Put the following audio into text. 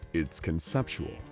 it's conceptual,